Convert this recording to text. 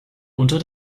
unter